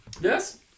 yes